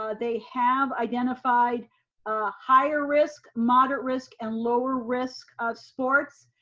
ah they have identified a higher risk, moderate risk and lower risk of sports.